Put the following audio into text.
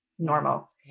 Normal